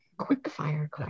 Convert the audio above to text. quickfire